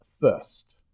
first